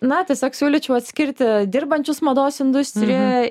na tiesiog siūlyčiau atskirti dirbančius mados industrijoje